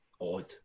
odd